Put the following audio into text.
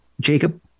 Jacob